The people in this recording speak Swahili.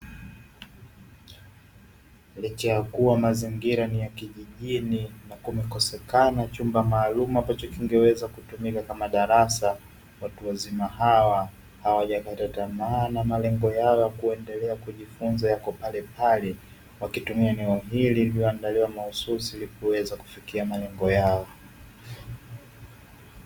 Licha ya kuwa mazingira ni ya kijijini, na kumekosekana chumba maalumu ambacho kingeweza kutumika kama darasa, watu wazima hawa hawajakata tamaa na maendeleo yao ya kuendelea kujifunza yapo palepale, wakitumia eneo hili lililoandaliwa mahususi, ili kuweza kufikia malengo yao.